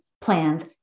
plans